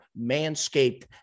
Manscaped